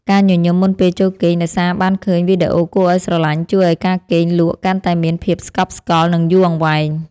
ការញញឹមមុនពេលចូលគេងដោយសារបានឃើញវីដេអូគួរឱ្យស្រឡាញ់ជួយឱ្យការគេងលក់កាន់តែមានភាពស្កប់ស្កល់និងយូរអង្វែង។